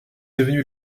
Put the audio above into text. devenue